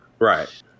Right